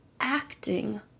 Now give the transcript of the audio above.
acting